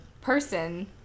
person